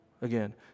Again